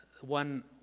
one